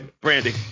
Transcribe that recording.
Brandy